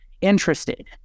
interested